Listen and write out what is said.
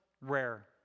rare